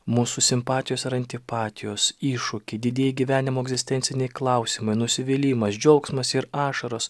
mūsų simpatijos ar antipatijos iššūkiai didieji gyvenimo egzistenciniai klausimai nusivylimas džiaugsmas ir ašaros